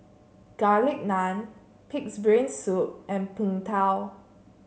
Garlic Naan Pig's Brain Soup and Png Tao